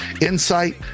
insight